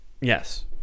yes